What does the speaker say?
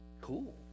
Cool